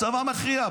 הצבא מכריע.